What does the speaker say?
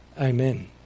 amen